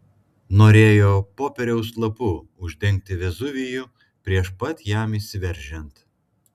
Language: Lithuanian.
norėjo popieriaus lapu uždengti vezuvijų prieš pat jam išsiveržiant